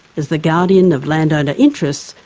as the guardian of landowner interests,